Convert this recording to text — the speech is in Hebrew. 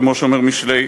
כמו שאומר משלי,